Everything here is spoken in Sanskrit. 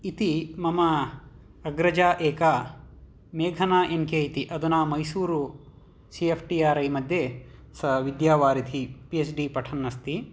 इति मम अग्रजा एका मेघना एन् के इति अधुना Mysuru C F T R I मध्ये सा विद्यावारिधी पि एच् डि पठन्नस्ति